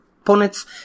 opponent's